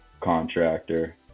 contractor